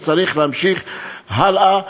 וצריך להמשיך הלאה,